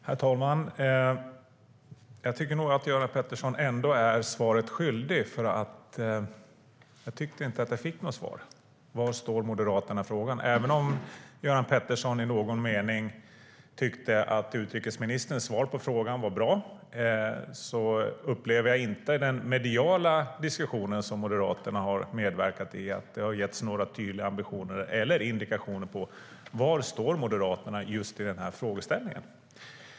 Herr talman! Jag tycker nog att Göran Pettersson ändå är svaret skyldig. Jag tyckte inte att jag fick något svar. Var står Moderaterna i frågan? Även om Göran Pettersson i någon mening tyckte att utrikesministerns svar på frågan var bra upplever jag inte att det i den mediala diskussion som Moderaterna har medverkat i har getts några tydliga ambitioner eller indikationer när det gäller var Moderaterna står i just denna frågeställning.